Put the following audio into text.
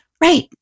Right